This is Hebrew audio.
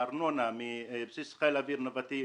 הארנונה מבסיס חיל האוויר נבטים,